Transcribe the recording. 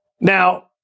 Now